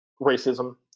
racism